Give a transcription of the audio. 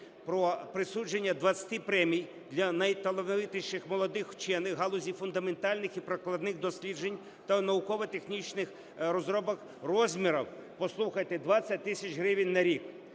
про присудження 20 премій для найталановитіших молодих вчених в галузі фундаментальних і прикладних досліджень та науково-технічних розробок розміром, послухайте, 20 тисяч гривень на рік.